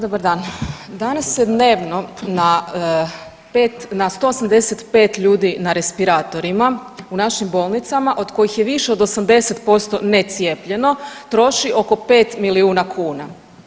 Dobar dan, danas se dnevno na 5, na 185 ljudi na respiratorima u našim bolnicama od kojih je više od 80% necijepljeno troši oko 5 milijuna kuna.